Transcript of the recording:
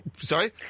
Sorry